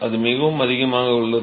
அது மிகவும் அதிகமாக உள்ளது